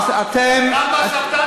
אתם --- גם מה שאתה,